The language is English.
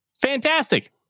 fantastic